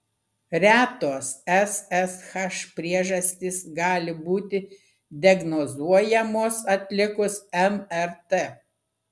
retos ssh priežastys gali būti diagnozuojamos atlikus mrt